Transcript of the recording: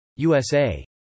USA